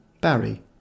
Barry